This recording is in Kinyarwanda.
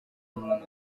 umuntu